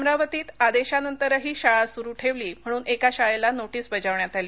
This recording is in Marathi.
अमरावतीत आदेशानंतरही शाळा सुरू ठेवली म्हणून एका शाळेला नोटिस बजावण्यात आली